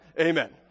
Amen